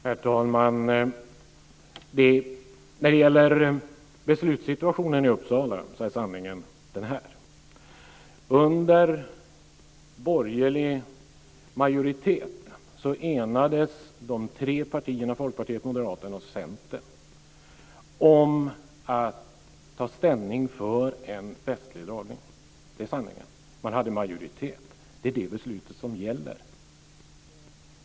Herr talman! När det gäller beslutssituationen i Uppsala är sanningen den här: Folkpartiet, Moderaterna och Centern om att ta ställning för en västlig dragning. Det är sanningen. Man hade majoritet. Det är det beslutet som gäller.